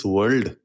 World